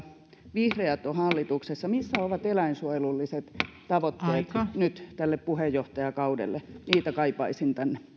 vihreät ovat hallituksessa mutta missä ovat eläinsuojelulliset tavoitteet nyt tälle puheenjohtajakaudelle niitä kaipaisin tänne